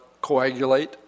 coagulate